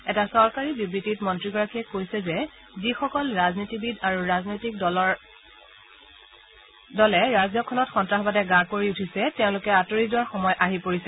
এটা চৰকাৰী বিবৃতিত মন্ত্ৰীগৰাকীয়ে কৈছে যে যিসকল ৰাজনীতিবিদ আৰু ৰাজনৈতিক দলৰ ফলত ৰাজ্যখনত সন্তাসবাদে গা কৰি উঠিছে তেওঁলোক আঁতৰি যোৱাৰ সময় আহি পৰিছে